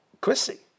Chrissy